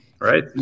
Right